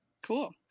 Cool